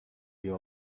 view